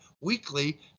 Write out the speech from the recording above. weekly